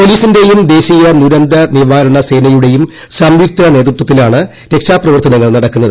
പോലീസിന്റെയും ദേശീയ ദുരന്ത നിവാരണ സേനയുടെയും സംയുക്ത നേതൃത്വത്തിലാണ് രക്ഷാ പ്രവർത്തനങ്ങൾ നടക്കുന്നത്